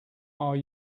are